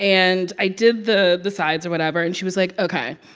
and i did the the sides or whatever. and she was like, ok,